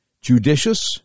judicious